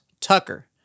Tucker